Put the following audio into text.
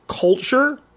culture